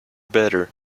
better